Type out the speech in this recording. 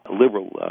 liberal